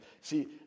See